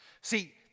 See